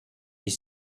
est